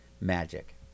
magic